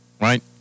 Right